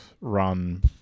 run